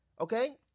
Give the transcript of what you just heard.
Okay